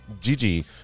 Gigi